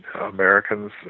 Americans